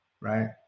Right